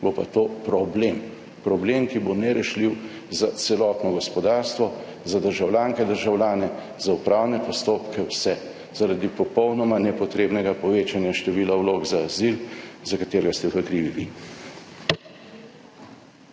bo pa to problem. Problem, ki bo nerešljiv za celotno gospodarstvo, za državljanke in državljane, za upravne postopke, vse, zaradi popolnoma nepotrebnega povečanja števila vlog za azil, za katero ste pa krivi vi.